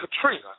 Katrina